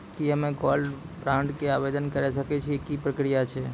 की हम्मय gold bond के आवदेन करे सकय छियै, की प्रक्रिया छै?